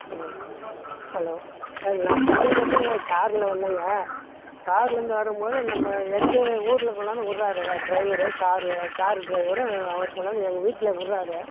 hello sir நான் சென்னையிலேருந்து காரில் வந்தேங்க கார்லேருந்து வரும் போது நம்ம எங்கே ஊரில் கொண்டாந்து விட்றாருங்க டிரைவரு காரு கார் டிரைவரும் அவர் கொண்டாந்து எங்கள் வீட்டில் விட்றாரு